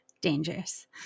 Dangerous